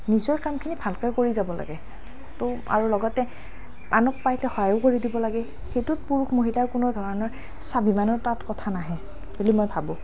নিজৰ কামখিনি ভালকৈ কৰি যাব লাগে তো আৰু লগতে আনক পাৰিলে সহায়ো কৰি দিব লাগে সেইটোত পুৰুষ মহিলাৰ কোনো ধৰণৰ স্বাভিমানৰ তাত কথা নাহে বুলি মই ভাবোঁ